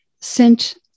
Sent